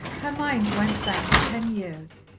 her mind went back ten years,